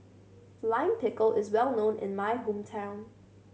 Lime Pickle is well known in my hometown